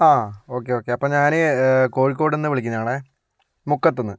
ആ okay okay അപ്പോൾ ഞാൻ കോഴിക്കോടുനിന്ന് വിളിക്കണതാണ് മുക്കത്തുനിന്ന്